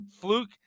Fluke